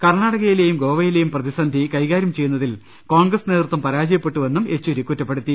കർണാ ടകയിലേയും ഗോവയിലേയും പ്രതിസന്ധി കൈകാരൃം ചെയ്യുന്ന തിൽ കോൺഗ്രസ് നേതൃത്വം പരാജയപ്പെട്ടുവെന്നും യെച്ചൂരി കുറ്റ പ്പെടുത്തി